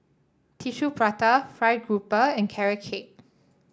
Tissue Prata fried grouper and Carrot Cake